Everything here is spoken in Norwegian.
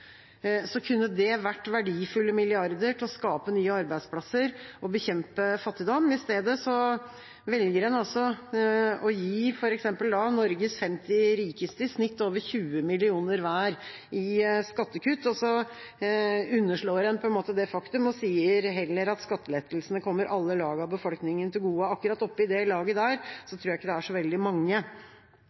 så kunne det vært verdifulle milliarder til å skape nye arbeidsplasser og bekjempe fattigdom. I stedet velger en å gi f.eks. Norges 50 rikeste i snitt over 20 mill. kr hver i skattekutt, og så underslår en på en måte det faktum og sier heller at skattelettelsene kommer alle lag av befolkningen til gode. Akkurat oppe i det laget tror jeg ikke det er så veldig mange.